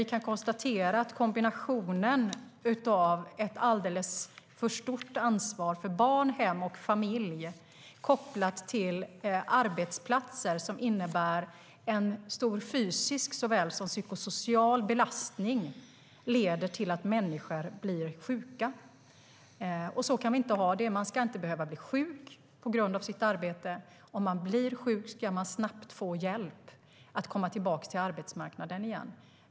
Vi kan konstatera att kombinationen av ett alldeles för stort ansvar för barn, hem och familj kopplat till arbetsplatser som innebär stor såväl fysisk som psykosocial belastning leder till att människor blir sjuka. Så kan vi inte ha det. Man ska inte behöva bli sjuk på grund av sitt arbete. Om man blir sjuk ska man snabbt få hjälp att komma tillbaka till arbetsmarknaden.